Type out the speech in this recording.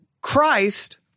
Christ